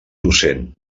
docent